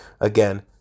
Again